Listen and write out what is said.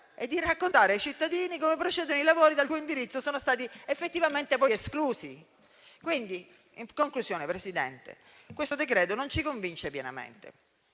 e di raccontare ai cittadini come procedono i lavori dal cui indirizzo sono stati effettivamente poi esclusi. In conclusione, signora Presidente, questo decreto non ci convince pienamente;